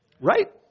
Right